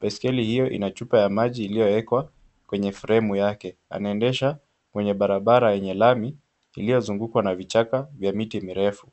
Baiskeli hiyo ina chupa ya maji iliyowekwa kwenye fremu yake. Anaendesha kwenye barabara yenye lami iliyozungukwa na vichaka vya miti mirefu.